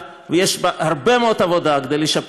יש בה רוב יהודי מוצק ויש בה הרבה מאוד עבודה כדי לשפר